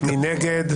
מי נגד?